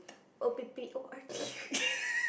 O P P O R T